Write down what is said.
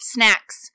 Snacks